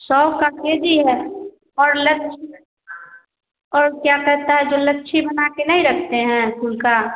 सौ का K G है और लच और क्या कहता है जो लच्छी बना के नहीं रखते हैं फूल का